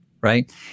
right